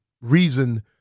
reason